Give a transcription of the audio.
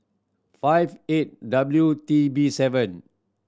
five eight W T B seven